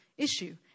issue